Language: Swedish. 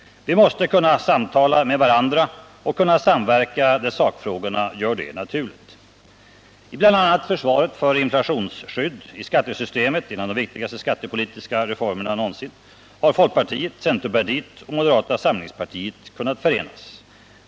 Vi måste kunna samtala med varandra och samverka när sakfrågorna gör det naturligt. I bl.a. försvaret för inflationsskydd i skattesystemet — en av de viktigaste skattepolitiska reformerna någonsin — har folkpartiet, centerpartiet och moderaterna kunnat förenas.